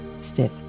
step